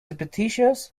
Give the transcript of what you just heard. repetitious